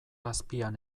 azpian